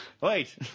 Wait